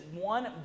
one